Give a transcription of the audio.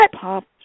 popped